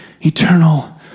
eternal